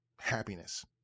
happiness